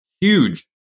huge